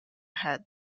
head